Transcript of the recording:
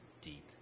deep